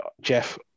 Jeff